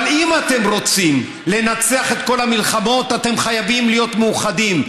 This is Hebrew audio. אבל אם אתם רוצים לנצח בכל המלחמות אתם חייבים להיות מאוחדים,